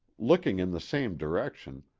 looking in the same direction,